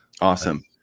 awesome